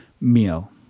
meal